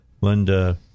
Linda